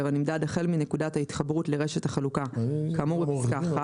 הנמדד החל מנקודת ההתחברות לרשת החלוקה כאמור בפסקה (1),